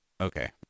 okay